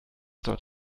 dort